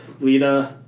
Lita